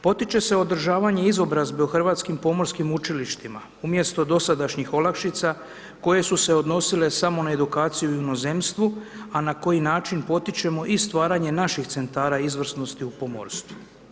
Potiče se održavanje izobrazbe u hrvatskim pomorskim učilištima, umjesto dosadašnjih olakšica koja su se odnosile samo na edukaciju u inozemstvu, a na koji način potičemo i stvaranje naših centara izvrsnosti u pomorstvu.